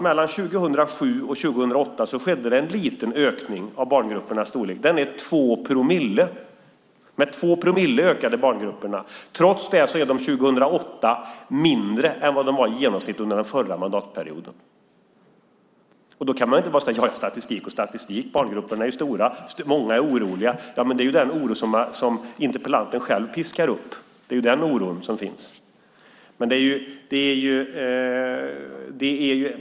Mellan 2007 och 2008 skedde en liten ökning av barngruppernas storlek. Med 2 promille ökade barngrupperna. Trots det är de 2008 mindre än vad de var i genomsnitt under den förra mandatperioden. Då kan man inte bara säga: Statistik och statistik. Barngrupperna är ju stora, och många är oroliga. Men den oro som finns är ju den oro som interpellanten själv piskar upp.